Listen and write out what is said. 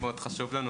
מאוד חשוב לנו